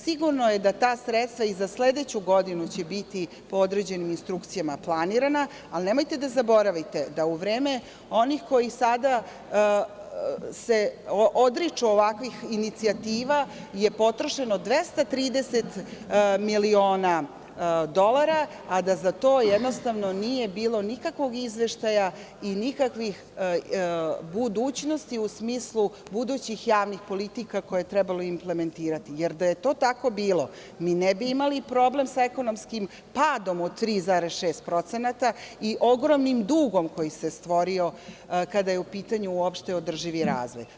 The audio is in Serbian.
Sigurno je da ta sredstva i za sledeću godinu će biti po određenim instrukcijama planirana, ali nemojte da zaboravite da u vreme onih koji sada se odriču ovakvih inicijativa je potrošeno 230 miliona dolara, a da za to jednostavno nije bilo nikakvog izveštaja i nikakvih budućnosti u smislu budućih javnih politika koje je trebalo implementirati, jer da je to tako bilo mi ne bi imali problem sa ekonomskim padom od 3,6% i ogromnim dugom koji se stvorio kada je u pitanju uopšte održivi razvoj.